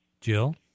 Jill